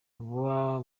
aba